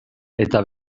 eta